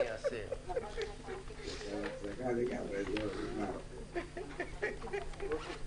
הישיבה ננעלה בשעה 11:01.